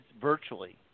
virtually